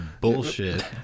bullshit